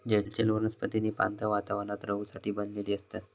जलचर वनस्पतींनी पाणथळ वातावरणात रहूसाठी बनलेली असतत